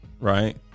right